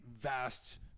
vast